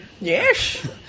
Yes